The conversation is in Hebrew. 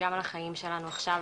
גם על החיים שלנו עכשיו,